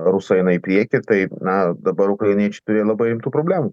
rusai eina į priekį tai na dabar ukrainiečiai turi labai rimtų problemų